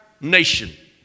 nation